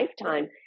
lifetime